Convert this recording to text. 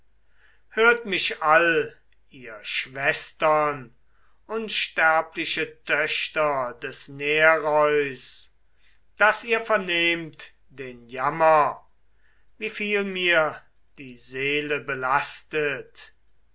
hört mich all ihr schwestern unsterbliche töchter des nereus daß ihr vernehmt den jammer wieviel mir die seele belastet